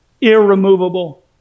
Irremovable